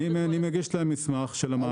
אני מגיש להם מסמך של המעבדה.